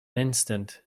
instant